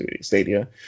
stadia